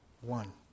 one